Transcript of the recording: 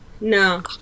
No